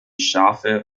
schafe